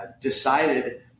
decided